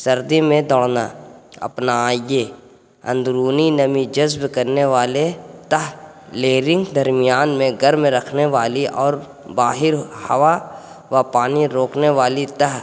سردی میں دوڑنا اپنائیں اندرونی نمی جذب کرنے والے تہ درمیان میں گرم رکھنے والی اور باہر ہوا و پانی روکنے والی تہ